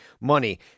money